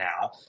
now